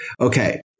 Okay